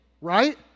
right